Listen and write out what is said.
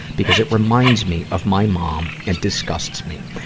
because it reminds me of my mom and disgusts me.